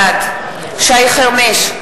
בעד שי חרמש,